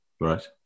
Right